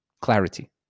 clarity